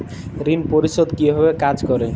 ঋণ পরিশোধ কিভাবে কাজ করে?